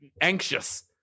anxious